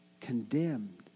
condemned